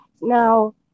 Now